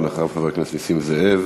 אחריו, חבר הכנסת נסים זאב.